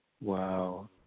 Wow